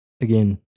Again